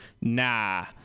Nah